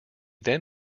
then